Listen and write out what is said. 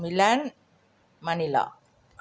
Milan Manila